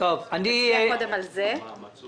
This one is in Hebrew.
לגבי הנושא הזה של מה שהתכנסנו